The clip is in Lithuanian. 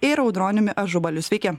ir audroniumi ažubaliu sveiki